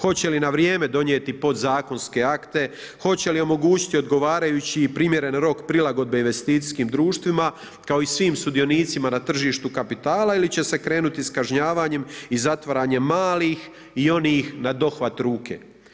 Hoće li na vrijeme donijeti pod zakonske akte, hoće li omogućiti odgovarajući i primjeren rok prilagodbe investicijskim društvima, kao i svim sudionicima na tržištu kapitala, ili će se krenuti s kažnjavanjem i zatvaranjem malih i onih na dohvat ruke?